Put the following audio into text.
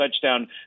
touchdown